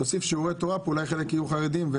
תוסיף שיעורי תורה פה, אולי חלק יהיו חרדים.